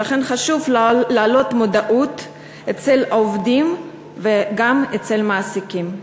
ולכן חשוב להעלות את המודעות אצל העובדים וגם אצל המעסיקים.